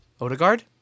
Odegaard